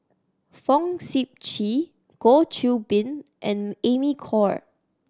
Fong Sip Chee Goh Qiu Bin and Amy Khor